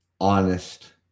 honest